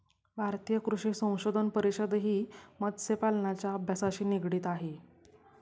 भारतीय कृषी संशोधन परिषदही मत्स्यपालनाच्या अभ्यासाशी निगडित आहे